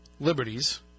Liberties